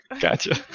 Gotcha